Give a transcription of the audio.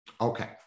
Okay